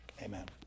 Amen